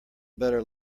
better